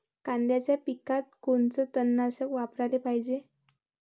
कांद्याच्या पिकात कोनचं तननाशक वापराले पायजे?